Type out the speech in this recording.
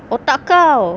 otak kau